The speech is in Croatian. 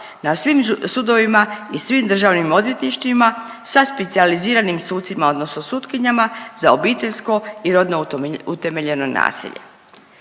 na svim sudovima i svim državnim odvjetništvima sa specijaliziranim sucima odnosno sutkinjama za obiteljsko i rodno utemeljeno nasilje.